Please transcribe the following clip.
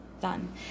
done